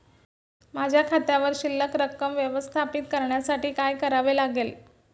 माझ्या खात्यावर शिल्लक रक्कम व्यवस्थापित करण्यासाठी काय करावे लागेल?